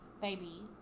baby